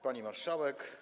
Pani Marszałek!